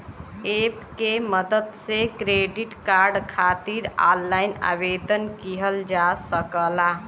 app के मदद से क्रेडिट कार्ड खातिर ऑनलाइन आवेदन किहल जा सकला